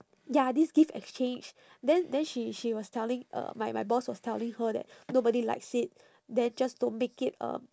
ya this gift exchange then then she she was telling uh my my boss was telling her that nobody likes it then just don't make it um